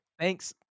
Thanks